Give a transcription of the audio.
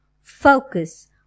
Focus